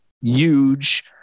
huge